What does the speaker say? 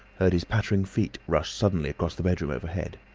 heard his pattering feet rush suddenly across the bedroom overhead.